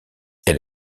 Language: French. elle